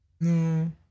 No